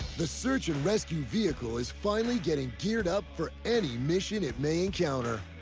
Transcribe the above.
the search and rescue vehicle is finally getting geared up for any mission it may encounter.